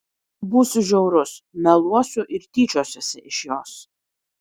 būsiu žiaurus meluosiu ir tyčiosiuosi iš jos